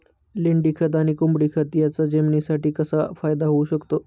लेंडीखत व कोंबडीखत याचा जमिनीसाठी कसा फायदा होऊ शकतो?